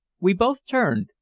we both turned,